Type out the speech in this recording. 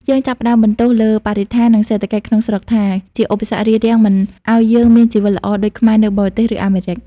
យើងចាប់ផ្តើមបន្ទោសលើបរិស្ថាន និងសេដ្ឋកិច្ចក្នុងស្រុកថា ជាឧបសគ្គរារាំងមិនឱ្យយើងមានជីវិតល្អដូចខ្មែរនៅបារាំង ឬអាមេរិក។